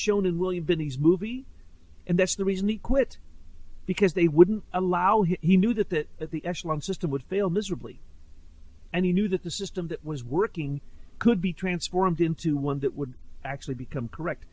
shown in william binny's movie and that's the reason he quit because they wouldn't allow him he knew that that that the echelon system would fail miserably and he knew that the system that was working could be transformed into one that would actually become correct